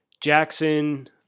Jackson